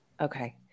okay